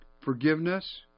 Forgiveness